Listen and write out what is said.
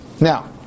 now